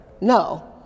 No